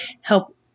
help